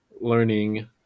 learning